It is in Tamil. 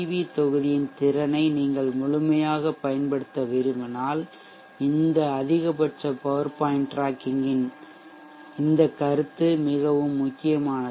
வி தொகுதியின் திறனை நீங்கள் முழுமையாகப் பயன்படுத்த விரும்பினால் இந்த அதிகபட்ச பவர் பாயிண்ட் டிராக்கிங்கின் இந்த கருத்து மிகவும் முக்கியமானது